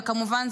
וכמובן,